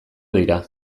dira